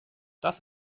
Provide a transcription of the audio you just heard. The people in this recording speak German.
das